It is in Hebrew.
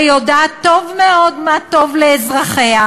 והיא יודעת טוב מאוד מה טוב לאזרחיה.